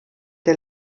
der